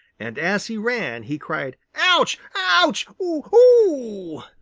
and as he ran, he cried ouch! ouch! oh! ohoo!